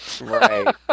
right